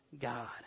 God